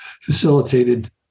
facilitated